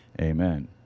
Amen